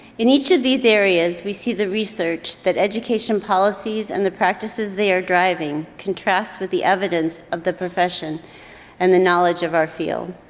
in each of these areas, we see the research that education policies and the practices they are driving contrasts with the evidence of the profession and the knowledge of our field.